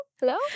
Hello